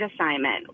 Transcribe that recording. assignment